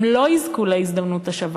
הם לא יזכו להזדמנות השווה.